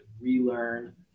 relearn